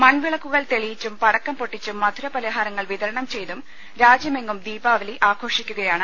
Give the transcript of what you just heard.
മൺവിളക്കുകൾ തെളിയിച്ചും പടക്കം പൊട്ടിച്ചും മധുര പലഹാരങ്ങൾ വിതരണം ചെയ്തും രാജ്യമെങ്ങും ദീപാവലി ആഘോഷിക്കുകയാണ്